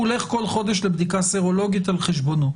הוא הולך כל חודש לבדיקה סרולוגית על חשבונו,